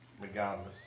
Regardless